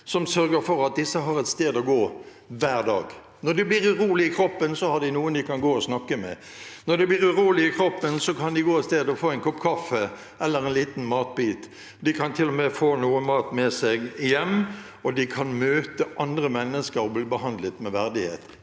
som sørger for at disse har et sted å gå, hver dag. Når de blir urolige i kroppen, har de noen de kan gå og snakke med. Når de blir urolige i kroppen, kan de gå et sted og få en kopp kaffe eller en liten matbit. De kan til og med få noe mat med seg hjem, og de kan møte andre mennesker og bli behandlet med verdighet.